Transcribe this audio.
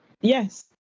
yes